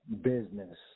business